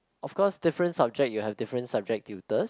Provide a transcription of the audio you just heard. of course different subject you have different subject tutors